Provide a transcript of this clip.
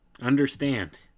understand